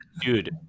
Dude